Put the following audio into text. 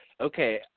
Okay